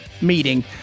meeting